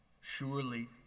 surely